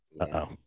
uh-oh